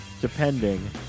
depending